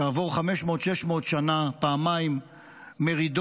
כעבור 500 600 שנה, פעמיים מרידות,